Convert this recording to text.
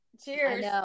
Cheers